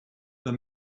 the